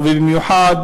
ובמיוחד